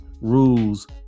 rules